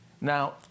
Now